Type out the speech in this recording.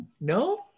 No